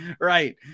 Right